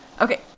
okay